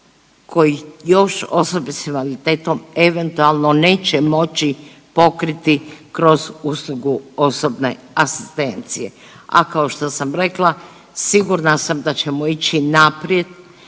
koji još osobe s invaliditetom eventualno neće moći pokriti kroz uslugu osobne asistencije, a kao što sam rekla sigurna sam da ćemo ići naprijed